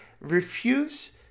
refuse